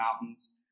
mountains